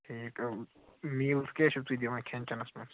ٹھیٖک میٖلٕز کیٛاہ چھُو تُہۍ دِوان کھٮ۪ن چٮ۪نَس منٛز